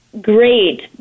great